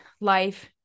life